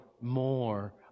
more